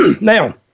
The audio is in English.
Now